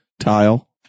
tile